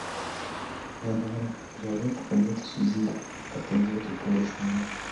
jei nori aš galiu pakalbėti su zyle kad tau duotų porą žmonių